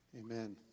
Amen